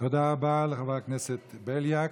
תודה רבה לחבר הכנסת בליאק.